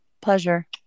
Pleasure